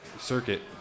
Circuit